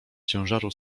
ciężaru